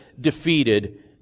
defeated